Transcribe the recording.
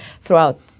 throughout